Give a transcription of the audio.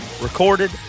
recorded